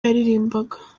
yaririmbaga